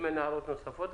אם אין הערות נוספות,